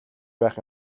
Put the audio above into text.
байх